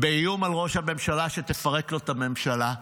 באיום על ראש הממשלה שתפרק לו את הממשלה,